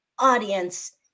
audience